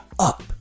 Up